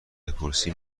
بپرسی